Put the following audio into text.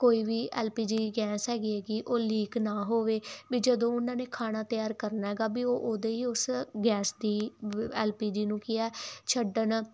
ਕੋਈ ਵੀ L P G gas ਹੈਗੀ ਐਗੀ ਉਹ ਲੀਕ ਨਾ ਹੋਵੇ ਵੀ ਜਦੋਂ ਉਹਨਾਂ ਨੇ ਖਾਣਾ ਤਿਆਰ ਕਰਨਾ ਹੈਗਾ ਵੀ ਉਹ ਉਦੋਂ ਹੀ ਉਸ ਗੈਸ ਦੀ ਐਲ ਪੀ ਜੀ ਨੂੰ ਕੀ ਆ ਛੱਡਣ